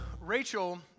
Rachel